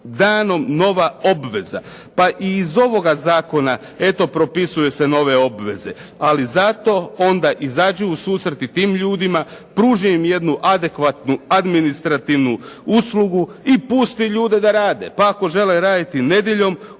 danom nova obveza. Pa i iz ovoga zakona eto propisuju se nove obveze. Ali zato onda izađi u susret i tim ljudima, pruži im jednu adekvatnu, administrativnu uslugu i pusti ljude da rade, pa ako žele raditi nedjeljom